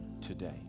today